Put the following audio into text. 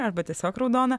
arba tiesiog raudona